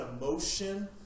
emotion